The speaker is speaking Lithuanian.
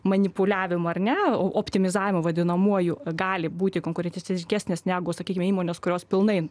manipuliavimo ar ne optimizavimo vadinamuoju gali būti konkurencingesnės negu sakykime įmonės kurios pilnai